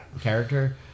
character